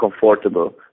comfortable